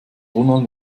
ronald